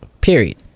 Period